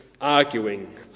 arguing